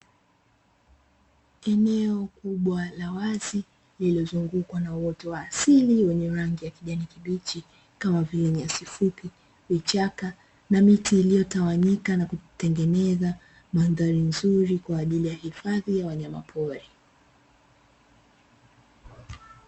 Eneo kubwa la wazi lililozungukwa na uoto wa asili wenye rangi ya kijani kibichi kama vile nyasi fupi, vichaka na miti iliyotawanyika na kutengeneza mandhari nzuri kwa ajili ya hifadhi ya wanyamapori.